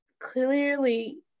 clearly